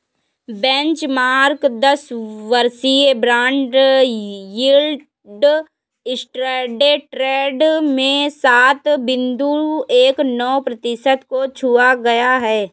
benchmark दस वर्षीय bond yield intraday trade में सात बिंदु एक नौ प्रतिशत को छू गया